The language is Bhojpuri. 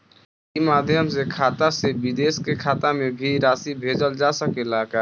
ई माध्यम से खाता से विदेश के खाता में भी राशि भेजल जा सकेला का?